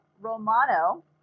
romano